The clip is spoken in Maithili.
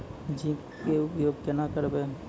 जिंक के उपयोग केना करये?